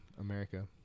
America